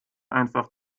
einfach